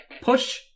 Push